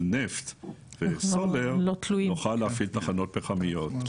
נפט וסולר נוכל להפעיל תחנות פחמיות.